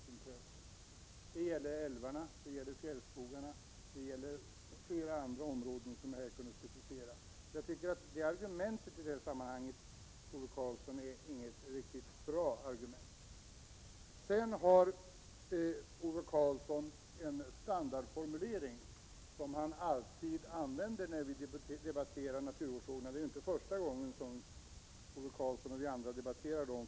Det gäller älvarna, det gäller fjällskogarna och flera andra områden som jag tidigare har preciserat. Det argumentet är i detta sammanhang, Ove Karlsson, inte något riktigt bra argument. Ove Karlsson har en standardformulering som han alltid använder när vi debatterar naturvårdsfrågorna — det är ju inte första gången som Ove Karlsson och vi andra debatterar dem.